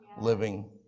living